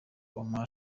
omar